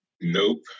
Nope